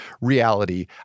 reality